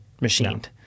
machined